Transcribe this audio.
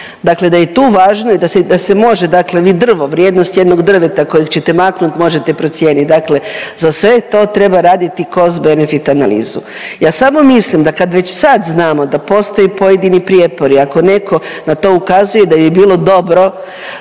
dakle da je tu važno i da se, da se može dakle vi drvo, vrijednost jednog drveta kojeg ćete maknut možete procijenit, dakle za sve to treba raditi Cost-benefit analizu. Ja samo mislim da kad već sad znamo da postoje pojedini prijepori ako neko na to ukazuje da bi bilo dobro